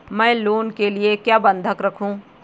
मैं लोन के लिए क्या बंधक रखूं?